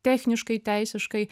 techniškai teisiškai